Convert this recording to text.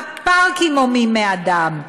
הפארקים הומים מאדם,